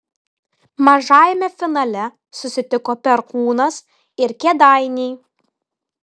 mažajame finale susitiko perkūnas ir kėdainiai